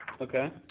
okay